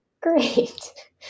great